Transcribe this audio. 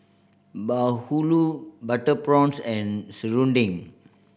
bahulu butter prawns and serunding